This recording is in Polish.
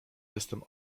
jestem